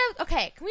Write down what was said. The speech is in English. Okay